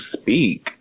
speak